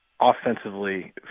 offensively